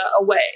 away